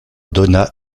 donna